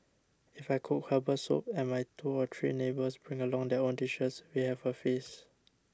if I cook Herbal Soup and my two or three neighbours bring along their own dishes we have a feast